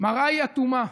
מראה היא אטומה,